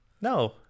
no